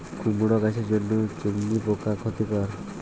কুমড়ো গাছের জন্য চুঙ্গি পোকা ক্ষতিকর?